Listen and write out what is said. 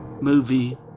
movie